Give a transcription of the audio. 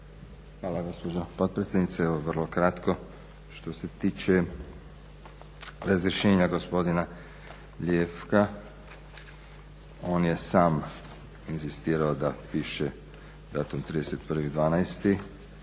Hvala gospođo potpredsjednice, evo vrlo kratko. Što se tiče razrješenja gospodina Ljevka on je sam inzistirao da piše datum 31.12.,